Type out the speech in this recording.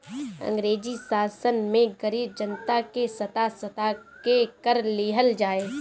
अंग्रेजी शासन में गरीब जनता के सता सता के कर लिहल जाए